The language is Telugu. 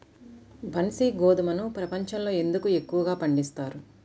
బన్సీ గోధుమను ప్రపంచంలో ఎందుకు ఎక్కువగా పండిస్తారు?